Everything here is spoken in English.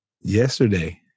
yesterday